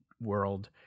world